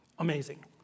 Amazing